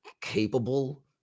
capable